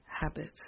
habits